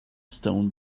stone